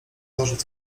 dożyć